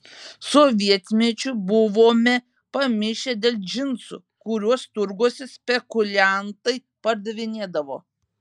sovietmečiu buvome pamišę dėl džinsų kuriuos turguose spekuliantai pardavinėdavo